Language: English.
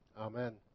Amen